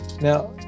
Now